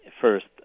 first